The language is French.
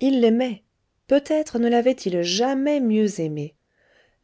il l'aimait peut-être ne l'avait-il jamais mieux aimée